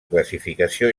classificació